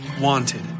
wanted